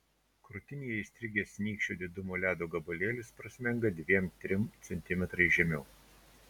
krūtinėje įstrigęs nykščio didumo ledo gabalėlis prasmenga dviem trim centimetrais žemiau